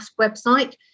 website